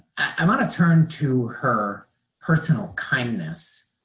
i want to turn to her personal kindness.